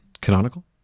canonical